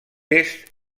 est